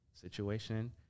situation